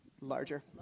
Larger